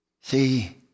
See